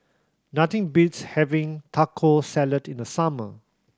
nothing beats having Taco Salad in the summer